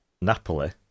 Napoli